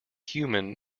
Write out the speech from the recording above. human